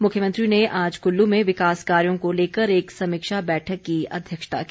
मुख्यमंत्री ने आज कुल्लू में विकास कार्यों को लेकर एक समीक्षा बैठक की अध्यक्षता की